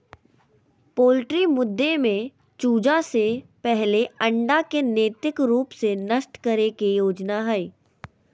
poultry मुद्दे में चूजा से पहले अंडा के नैतिक रूप से नष्ट करे के योजना हइ